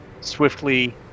swiftly